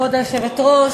כבוד היושבת-ראש,